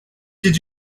did